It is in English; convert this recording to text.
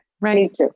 Right